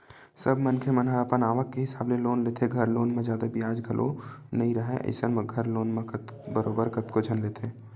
सब मनखे मन ह अपन आवक के हिसाब ले लोन लेथे, घर लोन म जादा बियाज घलो नइ राहय अइसन म घर लोन तो बरोबर कतको झन लेथे